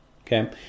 okay